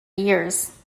years